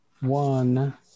one